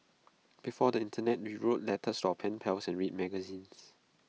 before the Internet we wrote letters to our pen pals and read magazines